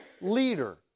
leader